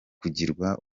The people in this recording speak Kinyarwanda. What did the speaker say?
kugirwa